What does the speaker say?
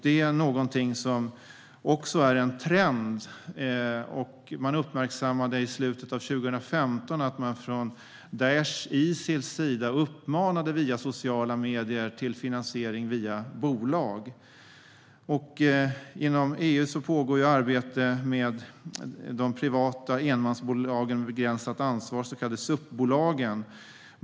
Det är något som också är en trend. Man uppmärksammade i slutet av 2015 att Daish/Isil via sociala medier uppmanade till finansiering via bolag. Inom EU pågår ett arbete med privata enmansbolag med begränsat ansvar, så kallade SUP-bolag.